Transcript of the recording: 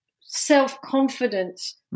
self-confidence